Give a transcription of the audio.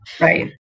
right